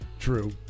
true